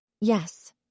Yes